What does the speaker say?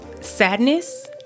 sadness